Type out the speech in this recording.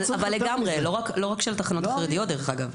אבל לגמרי, לא רק של התחנות החרדיות דרך אגב.